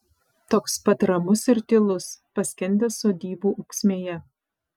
toks pat ramus ir tylus paskendęs sodybų ūksmėje